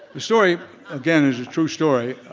the story again is a true story,